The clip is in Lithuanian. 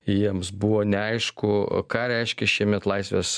jiems buvo neaišku ką reiškia šiemet laisvės